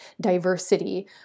diversity